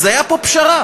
אז הייתה פה פשרה,